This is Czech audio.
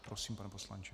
Prosím, pane poslanče.